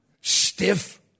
Stiff